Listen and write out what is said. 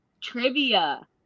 trivia